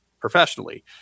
professionally